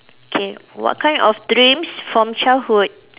K what kind of dreams from childhood